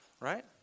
Right